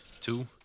two